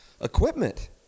equipment